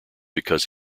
because